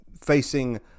facing